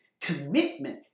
commitment